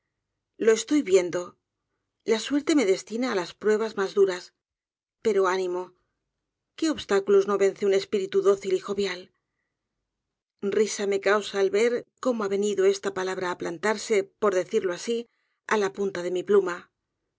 lo estoy viendo la suerte me destina á las pruebas mas dul a s pero ánimo qué obstáculos no vence un espíritu dócil y jovial risa me causa el ver cómo ha venido esta palabra á plantarse por decirlo asi á la punta de mi pluma